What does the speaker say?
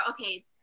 Okay